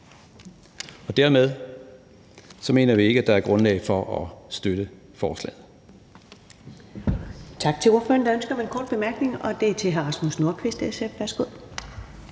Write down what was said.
Og dermed mener vi ikke, at der er grundlag for at støtte forslaget.